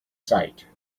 site